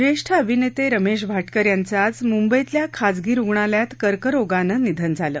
ज्येष्ठ अभिनेते रमेश भाटकर यांचं आज मुंबईतल्या खाजगी रुगणालयात कर्करोगानं निधन झालं